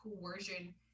coercion